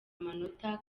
amatora